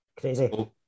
Crazy